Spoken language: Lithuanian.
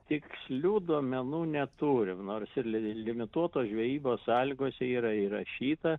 tikslių duomenų neturim nors ir li limituotos žvejybos sąlygose yra įrašyta